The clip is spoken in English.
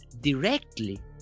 directly